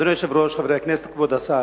אדוני היושב-ראש, חברי הכנסת, כבוד השר,